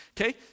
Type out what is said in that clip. Okay